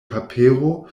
papero